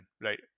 right